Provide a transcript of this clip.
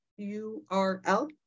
URL